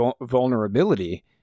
vulnerability